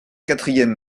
quatrième